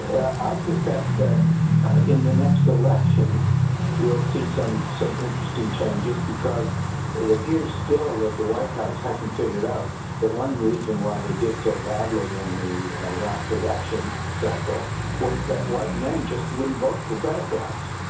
i suspect that in the next election we'll see some some interesting changes because it appears still that the white house hasn't figured out the one reason why they did so badly in the last election cycle was that white men just wouldn't vote for democrats,